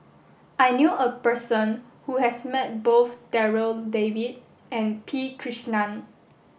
I knew a person who has met both Darryl David and P Krishnan